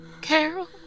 Carol